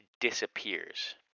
disappears